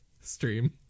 stream